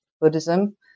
Buddhism